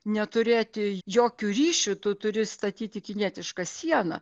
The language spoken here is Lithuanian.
neturėti jokių ryšių tu turi statyti kinietišką sieną